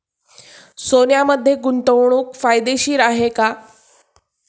सोन्यामध्ये गुंतवणूक फायदेशीर आहे का?